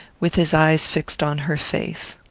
with his eyes fixed on her face.